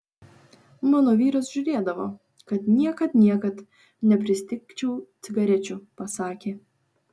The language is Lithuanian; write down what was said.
mano vyras žiūrėdavo kad niekad niekad nepristigčiau cigarečių pasakė